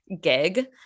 gig